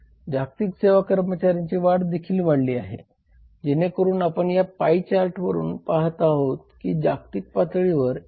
जागतिक सेवा कर्मचाऱ्यांची वाढ देखील वाढली आहे जेणेकरून आपण या पाई चार्टवरून पाहत आहोत की जागतिक पातळीवर 41